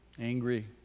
angry